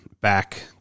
back